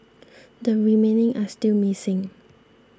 the remaining are still missing